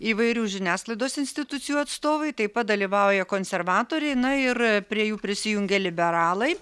įvairių žiniasklaidos institucijų atstovai taip pat dalyvauja konservatoriai na ir prie jų prisijungė liberalai